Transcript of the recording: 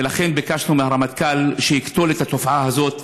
ולכן ביקשנו מהרמטכ"ל שיקטול את התופעה הזאת.